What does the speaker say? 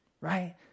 right